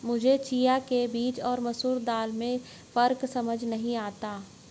मुझे चिया के बीज और मसूर दाल में फ़र्क समझ नही आता है